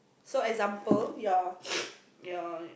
so example your your